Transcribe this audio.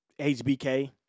HBK